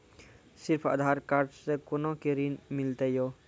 सिर्फ आधार कार्ड से कोना के ऋण मिलते यो?